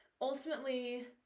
ultimately